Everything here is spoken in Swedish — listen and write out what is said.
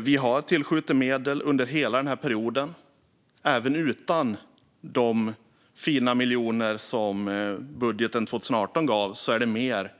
Vi har tillskjutit medel under hela perioden. Även utan de fina miljoner som budgeten 2018 gav är det mer